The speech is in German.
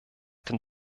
den